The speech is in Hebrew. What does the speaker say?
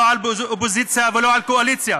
לא על אופוזיציה ולא על קואליציה,